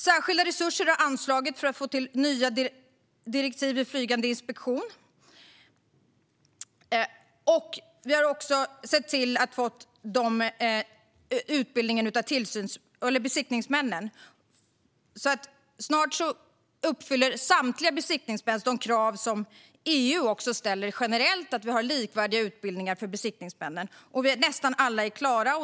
Särskilda resurser har anslagits för att få till nya direktiv för flygande inspektion, och vi har sett till att utbildningen av besiktningsmän har kommit till stånd. Snart uppfyller samtliga besiktningsmän de generella krav som EU ställer på likvärdig utbildning för besiktningsmän. Nästan alla är klara.